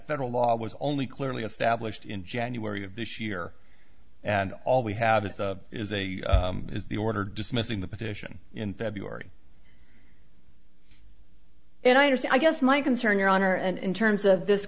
federal law was only clearly established in january of this year and all we have that is a is the order dismissing the petition in february and i understand i guess my concern your honor and in terms of this